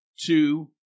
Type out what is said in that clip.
two